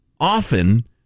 often